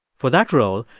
for that role,